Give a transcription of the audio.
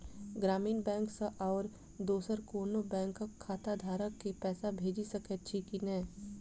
ग्रामीण बैंक सँ आओर दोसर कोनो बैंकक खाताधारक केँ पैसा भेजि सकैत छी की नै?